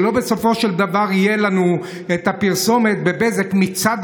שבסופו של דבר לא תהיה לנו הפרסומת של בזק: מצד